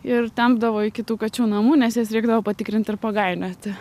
ir tempdavo į kitų kačių namų nes jas reikdavo patikrinti ir pagainioti